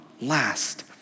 last